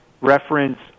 reference